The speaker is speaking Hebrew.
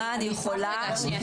שנייה,